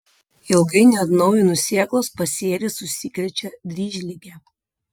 ilgai neatnaujinus sėklos pasėlis užsikrečia dryžlige